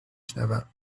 شنوم